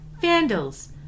vandals